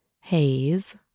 haze